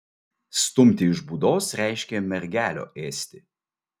stumti iš būdos reiškė mergelio ėsti